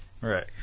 Right